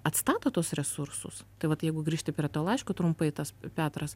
atstato tuos resursus tai vat jeigu grįžti prie to laiško trumpai tas petras